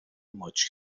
ماچ